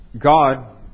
God